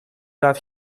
laat